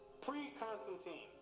Pre-Constantine